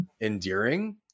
endearing